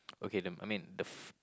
okay the I mean the f~